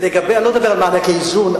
אני לא מדבר על מענקי איזון,